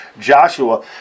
Joshua